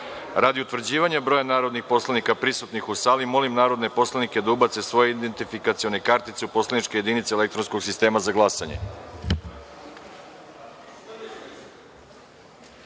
utvrđivanja broja narodnih poslanika prisutnih u sali, molim narodne poslanike da ubacite svoje identifikacione kartice u poslaničke jedinice elektronskog sistema. Konstatujem